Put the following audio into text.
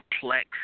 complex